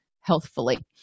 healthfully